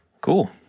Cool